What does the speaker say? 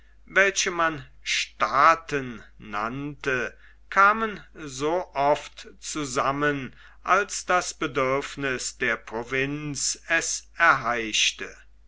welche man staaten nannte kamen so oft zusammen als das bedürfniß der provinz es erheischte